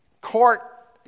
court